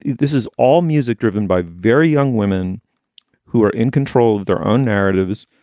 this is all music driven by very young women who are in control of their own narratives,